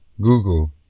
Google